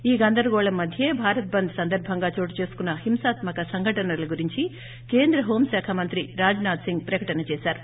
ఈ గందరగోళం మధ్యే భారత్ బంద్ సందర్బంగా చోటుచేసుకున్న హింసాత్మక సంఘటనల గురించి కేంద్ర హోంశాఖ మంత్రి రాజ్నాథ్ సింగ్ ప్రకటన చేశారు